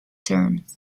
terms